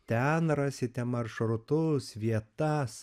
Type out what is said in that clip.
ten rasite maršrutus vietas